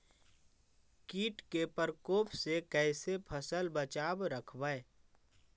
कीट के परकोप से कैसे फसल बचाब रखबय?